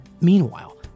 Meanwhile